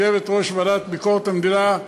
יושבת-ראש הוועדה לענייני ביקורת המדינה,